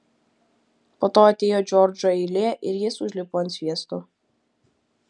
po to atėjo džordžo eilė ir jis užlipo ant sviesto